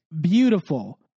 beautiful